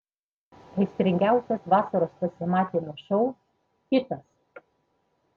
aistringiausias vasaros pasimatymų šou kitas